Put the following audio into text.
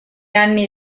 anni